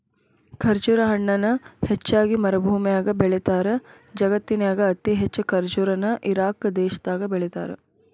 ಖರ್ಜುರ ಹಣ್ಣನ ಹೆಚ್ಚಾಗಿ ಮರಭೂಮ್ಯಾಗ ಬೆಳೇತಾರ, ಜಗತ್ತಿನ್ಯಾಗ ಅತಿ ಹೆಚ್ಚ್ ಖರ್ಜುರ ನ ಇರಾಕ್ ದೇಶದಾಗ ಬೆಳೇತಾರ